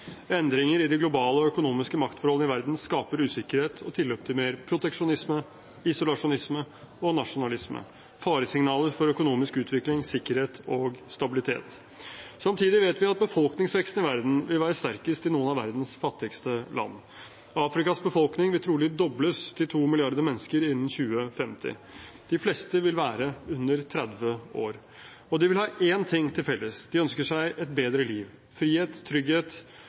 Endringer i de globale og økonomiske maktforholdene i verden skaper usikkerhet og tilløp til mer proteksjonisme, isolasjonisme og nasjonalisme – faresignaler for økonomisk utvikling, sikkerhet og stabilitet. Samtidig vet vi at befolkningsveksten i verden vil være sterkest i noen av verdens fattigste land. Afrikas befolkning vil trolig dobles til to milliarder mennesker innen 2050. De fleste vil være under 30 år, og de vil ha én ting til felles: De ønsker seg et bedre liv – frihet, trygghet